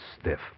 stiff